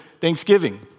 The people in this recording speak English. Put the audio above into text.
Thanksgiving